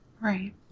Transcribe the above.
Right